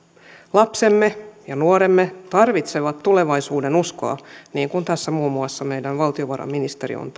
lapsemme ja nuoremme tarvitsevat tulevaisuudenuskoa niin kuin tässä muun muassa meidän valtiovarainministerimme on